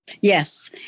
Yes